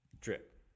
Drip